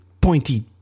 pointy